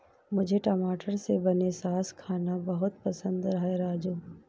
मुझे टमाटर से बने सॉस खाना बहुत पसंद है राजू